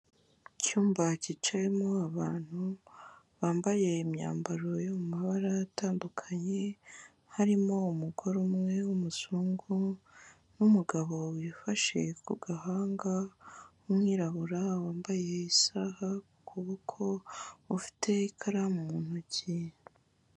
Icyumba cyicayemo abantu bambaye imyambaro yo mu mabara atandukanye, harimo umugore umwe w'umuzungu n'umugabo wifashe ku gahanga w'umwirabura, wambaye isaha ku kuboko, ufite ikaramu mu ntoki.